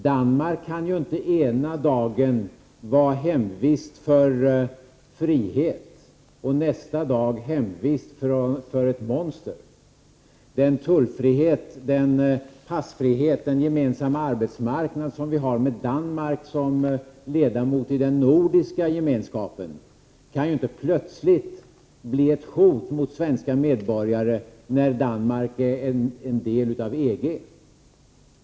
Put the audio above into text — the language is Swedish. Danmark kan ju inte ena dagen vara hemvist för friheten och nästa dag hemvist för ett monster. Den tullfrihet, den passfrihet och den gemensamma arbetsmarknad som vi har med Danmark som medlem i den nordiska gemenskapen kan ju inte plötsligt bli ett hot mot svenska medborgare när Danmark är en del av EG!